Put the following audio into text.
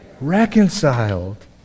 Reconciled